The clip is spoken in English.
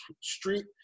Street